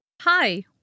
hi